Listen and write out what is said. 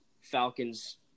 Falcons